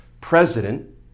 president